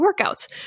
workouts